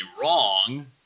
wrong